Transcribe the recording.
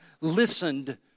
listened